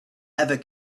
ever